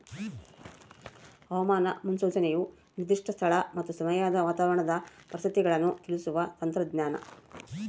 ಹವಾಮಾನ ಮುನ್ಸೂಚನೆಯು ನಿರ್ದಿಷ್ಟ ಸ್ಥಳ ಮತ್ತು ಸಮಯದ ವಾತಾವರಣದ ಪರಿಸ್ಥಿತಿಗಳನ್ನು ತಿಳಿಸುವ ತಂತ್ರಜ್ಞಾನ